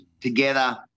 together